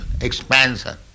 expansion